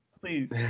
Please